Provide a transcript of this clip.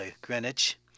Greenwich